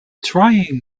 trying